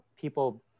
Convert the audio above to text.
people